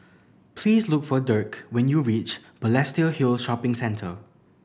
please look for Dirk when you reach Balestier Hill Shopping Centre